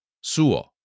Suo